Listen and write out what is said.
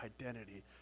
identity